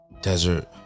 Desert